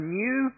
new